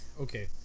Okay